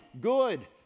good